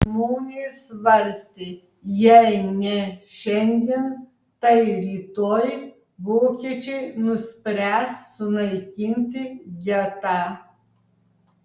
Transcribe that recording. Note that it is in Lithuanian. žmonės svarstė jei ne šiandien tai rytoj vokiečiai nuspręs sunaikinti getą